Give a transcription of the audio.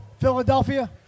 Philadelphia